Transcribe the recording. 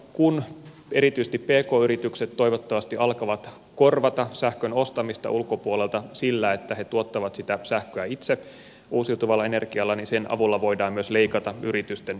kun erityisesti pk yritykset toivottavasti alkavat korvata sähkön ostamista ulkopuolelta sillä että ne tuottavat sitä sähköä itse uusiutuvalla energialla niin sen avulla voidaan myös leikata yritysten energiakuluja